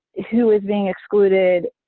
who is being excluded?